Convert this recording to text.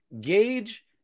gauge